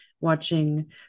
watching